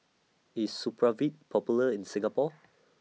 IS Supravit Popular in Singapore